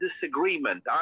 disagreement